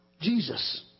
Jesus